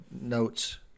notes